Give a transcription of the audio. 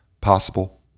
possible